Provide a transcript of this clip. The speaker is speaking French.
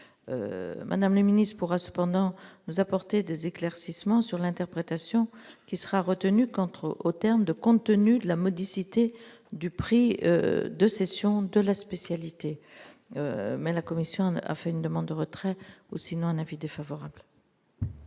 madame le Ministre pourra cependant nous apporter des éclaircissements sur l'interprétation qui sera retenu contre au terme de compte tenu de la modicité du prix de cession de la spécialité, mais la Commission a fait une demande de retrait ou sinon un avis défavorable.